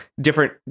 different